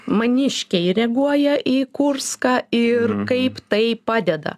maniškiai reaguoja į kurską ir kaip tai padeda